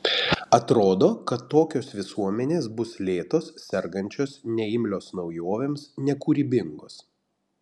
atrodo kad tokios visuomenės bus lėtos sergančios neimlios naujovėms nekūrybingos